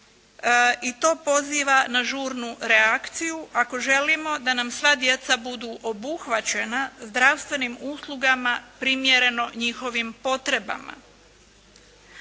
I to poziva na žurnu reakciju ako želimo da nam sva djeca budu obuhvaćena zdravstvenim uslugama primjereno njihovih potrebama.